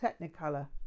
Technicolor